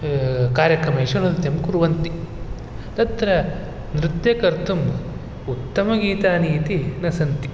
कार्यक्रमेषु नृत्यं कुर्वन्ति तत्र नृत्यकर्तुम् उत्तमगीतानि इति न सन्ति